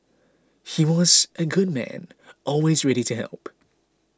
he was a good man always ready to help